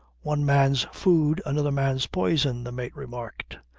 one man's food another man's poison, the mate remarked.